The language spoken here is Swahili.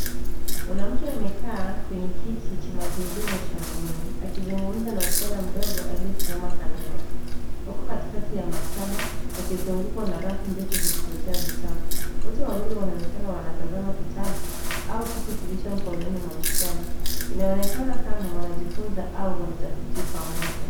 Mwanamke amekaa kwenye kiti cha magurudumu cha umeme akizugumza na msichana mdogo aliyesimama kando yake .Wako katikati ya maktaba wakizugukwa na rafu ndefu zilizojaa vitabu. Wote wawili wanaonekana wanatazama kitabu au kitu kilicho mkononi mwa msichana. Inaonekana kama wanajifunza au wanatafiti pamoja.